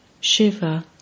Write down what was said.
Shiva